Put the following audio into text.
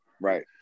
right